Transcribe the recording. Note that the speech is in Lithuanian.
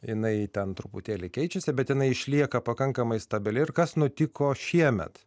jinai ten truputėlį keičiasi bet jinai išlieka pakankamai stabili ir kas nutiko šiemet